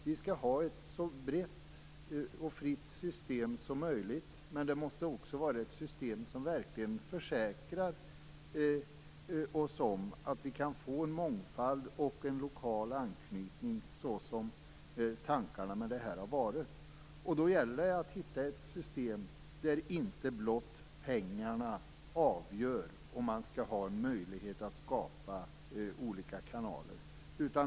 Vi skall ha ett så brett och fritt system som möjligt, men det måste också vara ett system där vi verkligen kan försäkra oss om en mångfald och en lokal anknytning, som tanken var. Då gäller det att hitta ett system där inte bara pengar avgör om man skall ha en möjlighet att skapa olika kanaler.